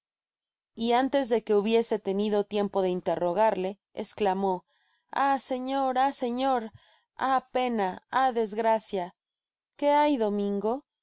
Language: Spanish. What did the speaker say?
y antes que hubiese tenido tiempo de interrogarle esclamó ah señor ah señor ah pena ah desgracia qué hay domingo